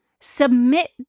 Submit